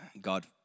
God